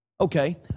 okay